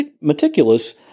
meticulous